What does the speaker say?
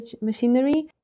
machinery